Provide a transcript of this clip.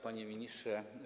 Panie Ministrze!